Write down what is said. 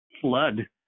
flood